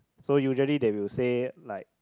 so usually they will say like